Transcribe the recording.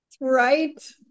Right